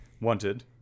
wanted